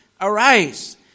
Arise